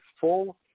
full